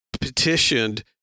petitioned